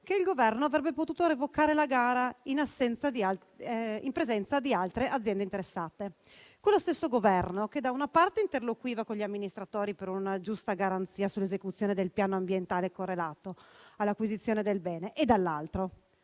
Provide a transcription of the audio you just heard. che il Governo avrebbe potuto revocare la gara, in presenza di altre aziende interessate. Quello stesso Governo da una parte interloquiva con gli amministratori per una giusta garanzia sull'esecuzione del piano ambientale correlato all'acquisizione del bene e dall'altra,